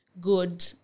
good